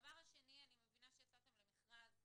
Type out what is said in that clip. דבר שני, אני מבינה שיצאתם למכרז חדש,